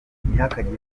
ntihakagire